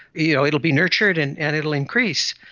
you know it'll be nurtured and and it'll increase.